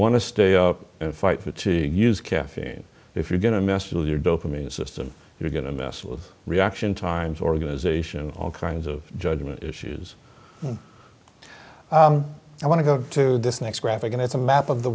want to stay and fight for to use caffeine if you're going to mess with your dopamine system you're going to mess with reaction times organization all kinds of judgment issues i want to go to this next graphic and it's a map of the